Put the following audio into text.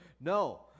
No